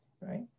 right